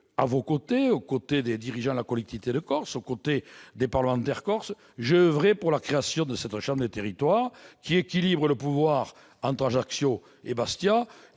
À vos côtés, aux côtés des dirigeants de la collectivité de Corse, aux côtés des parlementaires corses, j'ai oeuvré pour la création de cette chambre qui permettra d'équilibrer le pouvoir entre Ajaccio et Bastia